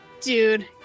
dude